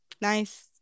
nice